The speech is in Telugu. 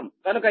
కనుక 21